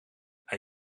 hij